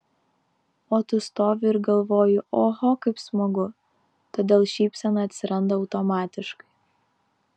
o tu stovi ir galvoji oho kaip smagu todėl šypsena atsiranda automatiškai